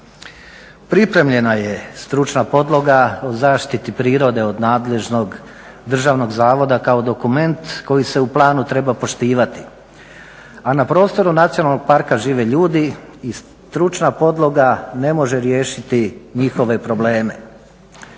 Pripremljena je stručna podloga o zaštiti prirode od nadležnog državnog zavoda kao dokument koji se u planu treba poštivati, a na prostoru nacionalnog parka žive ljudi i stručna podloga ne može riješiti njihove probleme.